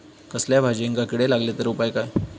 कसल्याय भाजायेंका किडे लागले तर उपाय काय?